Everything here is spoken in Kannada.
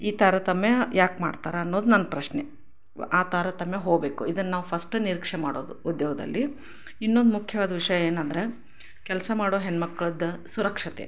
ಈ ತಾರತಮ್ಯ ಯಾಕೆ ಮಾಡ್ತಾರೆ ಅನ್ನೋದು ನನ್ನ ಪ್ರಶ್ನೆ ಆ ತಾರತಮ್ಯ ಹೋಗ್ಬೇಕು ಇದನ್ನು ನಾವು ಫಸ್ಟ್ ನಿರೀಕ್ಷೆ ಮಾಡೋದು ಉದ್ಯೋಗದಲ್ಲಿ ಇನ್ನೊಂದು ಮುಖ್ಯವಾದ ವಿಷಯ ಏನಂದ್ರೆ ಕೆಲಸ ಮಾಡೋ ಹೆಣ್ಮಕ್ಳದು ಸುರಕ್ಷತೆ